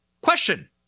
Question